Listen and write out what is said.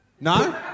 No